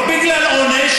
לא בגלל עונש.